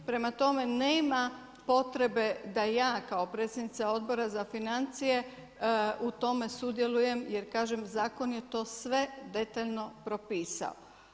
Prema tome, nema potrebe da ja kao predsjednica Odbora za financije i u tome sudjelujem jer kažem zakon je to sve detaljno propisao.